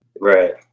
right